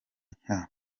nka